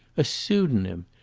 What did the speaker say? a pseudonym!